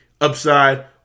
upside